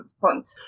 point